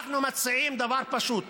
אנחנו מציעים דבר פשוט,